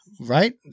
Right